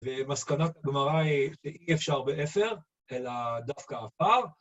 ומסקנת גמרא היא אי אפשר באפר, אלא דווקא עפר.